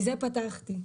מזה פתחתי.